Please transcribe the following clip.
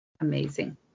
Amazing